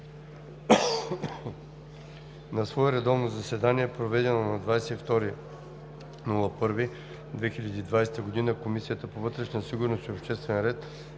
На свое редовно заседание, проведено на 22 януари 2020 г., Комисията по вътрешна сигурност и обществен ред